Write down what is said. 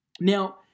Now